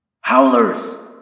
Howlers